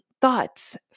thoughts